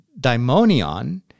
daimonion